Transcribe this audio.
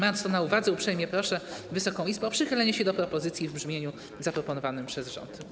Mając to na uwadze, uprzejmie proszę Wysoką Izbę o przychylenie się do propozycji w brzmieniu zaproponowanym przez rząd.